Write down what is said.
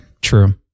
true